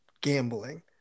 gambling